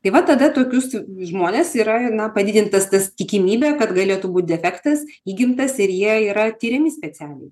tai va tada tokius žmones yra na padidintas tas tikimybė kad galėtų būt defektas įgimtas ir jie yra tiriami specialiai